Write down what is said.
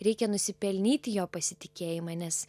reikia nusipelnyti jo pasitikėjimą nes